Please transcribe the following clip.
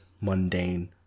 mundane